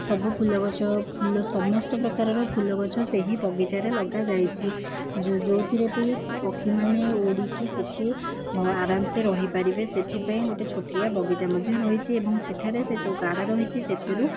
ସବୁ ଫୁଲ ଗଛ ଫୁଲ ସମସ୍ତ ପ୍ରକାରର ଫୁଲ ଗଛ ସେହି ବଗିଚାରେ ଲଗାଯାଇଛି ଯେଉଁଥିରେ ବି ପକ୍ଷୀମାନେ ଉଡ଼ିକି ସେଠି ଆରମସେ ରହିପାରିବେ ସେଥିପାଇଁ ଗୋଟିଏ ଛୋଟିଆ ବଗିଚା ମଧ୍ୟ ରହିଛି ଏବଂ ସେଠାରେ ଯେଉଁ ଗାଡ଼ ରହିଛି ସେଥିରୁ